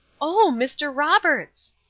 oh, mr. roberts!